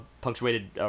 punctuated